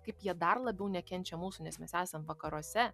kaip jie dar labiau nekenčia mūsų nes mes esam vakaruose